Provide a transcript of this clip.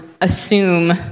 assume